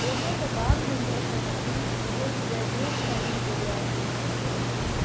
सोचियो त ॿाल मंदर खां वठी पोस्ट ग्रेज्यूएट ताईं जे लाइ ट्यूशन्स थियूं हलनि पेयूं